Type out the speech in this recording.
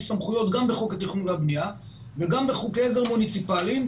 יש סמכויות גם בחוק התכנון והבנייה וגם בחוקי עזר מוניציפליים.